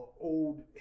old